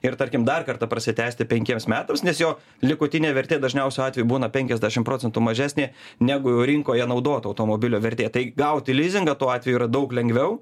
ir tarkim dar kartą prasitęsti penkiems metams nes jo likutinė vertė dažniausiu atveju būna penkiasdešim procentų mažesnė negu rinkoje naudoto automobilio vertė tai gauti lizingą tuo atveju yra daug lengviau